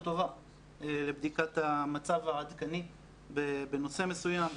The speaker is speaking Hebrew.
טובה לבדיקת המצב העדכני בנושא מסוים,